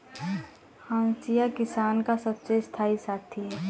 हंसिया किसान का सबसे स्थाई साथी है